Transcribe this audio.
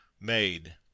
made